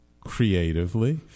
creatively